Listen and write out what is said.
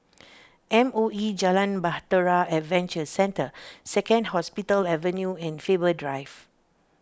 M O E Jalan Bahtera Adventure Centre Second Hospital Avenue and Faber Drive